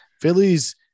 Philly's